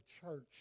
church